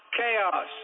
chaos